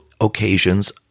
occasions